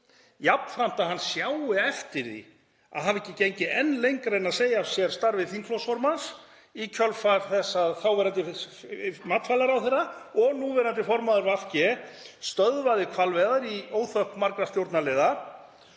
jafnframt að hann sjái eftir því að hafa ekki gengið enn lengra en að segja af sér starfi þingflokksformanns í kjölfar þess að þáverandi matvælaráðherra og núverandi formaður VG stöðvaði hvalveiðar í óþökk margra stjórnarliða;